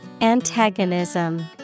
Antagonism